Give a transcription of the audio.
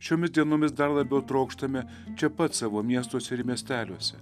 šiomis dienomis dar labiau trokštame čia pat savo miestuose ir miesteliuose